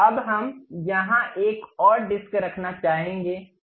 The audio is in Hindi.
अब हम यहां एक और डिस्क रखना चाहेंगे